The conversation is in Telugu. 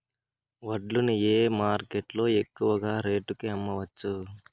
వడ్లు ని ఏ మార్కెట్ లో ఎక్కువగా రేటు కి అమ్మవచ్చు?